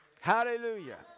Hallelujah